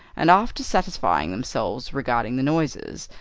and after satisfying themselves regarding the noises,